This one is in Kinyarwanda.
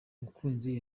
mukunzi